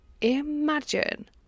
imagine